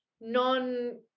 non